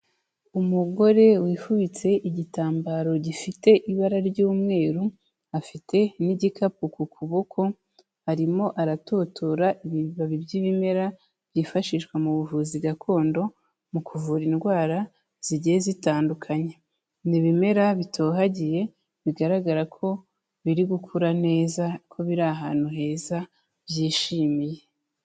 Umugore wifubitse igitambaro gifite ibara ry'umweru afite n'igikapu ku kuboko, arimo aratotora ibibabi by'ibimera byifashishwa mu buvuzi gakondo mu kuvura indwara zigiye zitandukanye, ni ibimera bitohagiye bigaragara ko biri gukura neza, ko biri ahantu heza byishimiye.